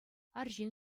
арҫын